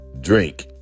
drink